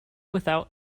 without